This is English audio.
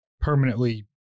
permanently